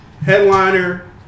Headliner